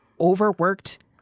overworked